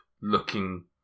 looking